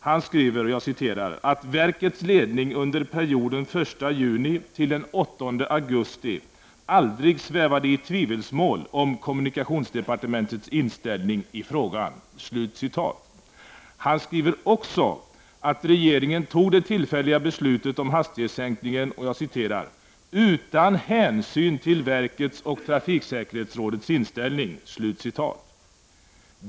Han skriver att ”verkets ledning under perioden den 1 juni till den 8 augusti aldrig svävade i tvivelsmål om kommunikationsdepartementets inställning i frågan”. Han skriver också att regeringen fattade det tillfälliga beslutet om hastighetssänkningen ”utan hänsyn till verkets och trafiksäkerhetsrådets inställning”.